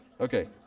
okay